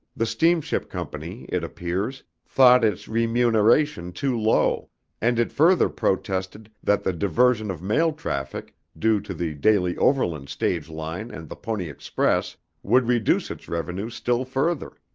the steamship company, it appears, thought its remuneration too low and it further protested that the diversion of mail traffic, due to the daily overland stage line and the pony express would reduce its revenues still further.